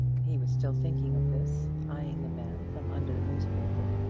he was still thinking of this, eyeing the man from under the newspaper,